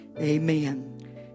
Amen